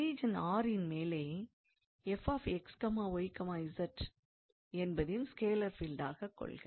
region R இன் மேலே 𝑓𝑥𝑦𝑧 என்பதின் ஸ்கேலார் ஃபீல்டாக கொள்க